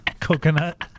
coconut